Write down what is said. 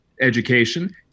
education